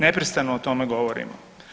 Neprestano o tome govorimo.